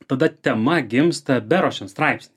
tada tema gimsta beruošiant straipsnį